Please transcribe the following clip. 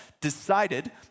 decided